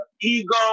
ego